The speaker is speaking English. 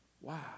Wow